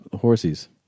horses